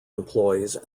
employees